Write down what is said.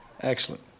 Excellent